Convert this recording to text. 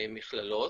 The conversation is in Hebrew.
ובמכללות,